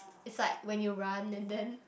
its like when you run and then